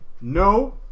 No